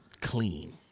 Clean